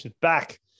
Back